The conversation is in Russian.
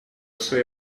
свои